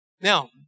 Now